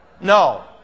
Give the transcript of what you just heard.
No